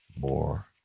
more